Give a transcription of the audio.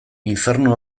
infernu